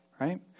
Right